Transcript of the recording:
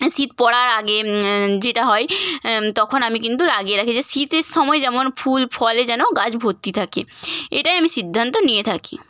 শীত পড়ার আগে যেটা হয় তখন আমি কিন্তু লাগিয়ে রাখি যে শীতের সময় যেমন ফুল ফলে যেন গাছ ভর্তি থাকে এটাই আমি সিদ্ধান্ত নিয়ে থাকি